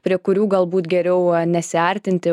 prie kurių galbūt geriau nesiartinti